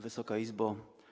Wysoka Izbo!